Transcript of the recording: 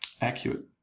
accurate